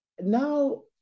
Now